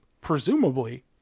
Presumably